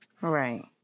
Right